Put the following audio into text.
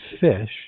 fish